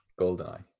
Goldeneye